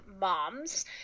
moms